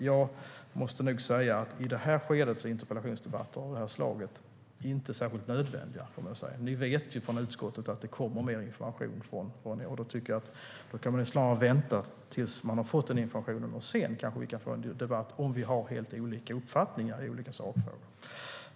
Jag måste nog säga att interpellationsdebatter av det här slaget inte är särskilt nödvändiga i det här skedet. Ni i utskottet vet att det kommer mer information. Då tycker jag att ni snarare kan vänta tills ni har fått den informationen. Sedan kanske vi kan få en debatt om vi har helt olika uppfattningar i olika sakfrågor.